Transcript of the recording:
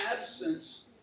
absence